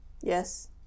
Yes